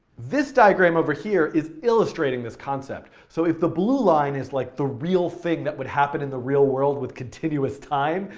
this diagram over here is illustrating this concept. so if the blue line is like the real thing that would happen in the real world with continuous time,